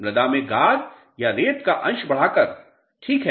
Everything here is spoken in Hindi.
मृदा में गाद या रेत का अंश बढ़ाकर ठीक है